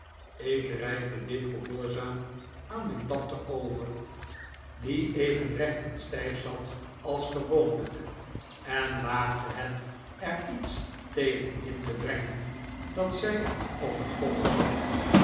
ik reikte dit gehoorzaam aan mijn tante over die even recht en stijf zat als gewoononverwachte komst van mijn tante lijk en waagde het er iets tegen in te brengen dat zij op een koffer zat